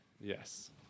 Yes